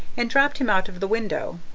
and dropped him out of of the window.